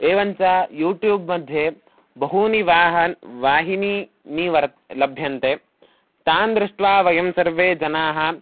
एवं च यूट्यूब् मध्ये बहूनि वाहनानि वाहिन्यः नि वर्तते लभ्यन्ते तान् दृष्ट्वा वयं सर्वे जनाः